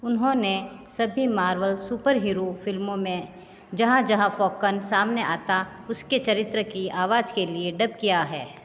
उन्होंने सभी Marvel super hero फिल्मों में जहाँ जहाँ फ़ॉकन सामने आता उसके चरित्र की आवाज़ के लिए डब किया है